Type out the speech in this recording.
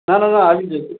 ના ના ના આવી જશે